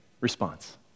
Response